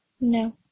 No